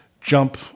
jump